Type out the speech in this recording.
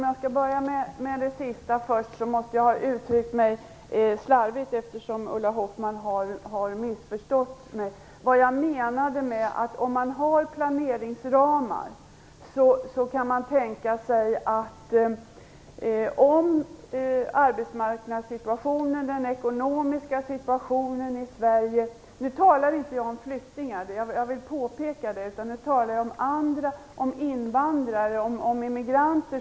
Fru talman! Jag måste ha uttryckt mig slarvigt, eftersom Ulla Hoffmann har missförstått mig när det gäller det hon tog upp senast. Vad jag menade var följande.